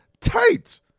tight